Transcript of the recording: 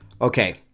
Okay